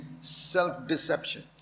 self-deception